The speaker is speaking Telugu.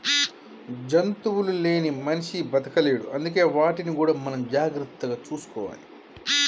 జంతువులు లేని మనిషి బతకలేడు అందుకే వాటిని కూడా మనం జాగ్రత్తగా చూసుకోవాలి